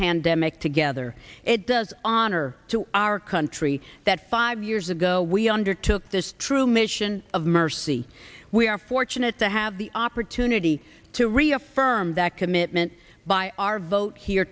pandemic together it does honor to our country that five years ago we undertook this true mission of mercy we are fortunate to have the opportunity to reaffirm that commitment by our vote here